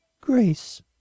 Grace